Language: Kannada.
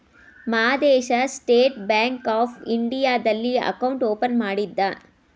ಮಾದೇಶ ಸ್ಟೇಟ್ ಬ್ಯಾಂಕ್ ಆಫ್ ಇಂಡಿಯಾದಲ್ಲಿ ಅಕೌಂಟ್ ಓಪನ್ ಮಾಡಿದ್ದ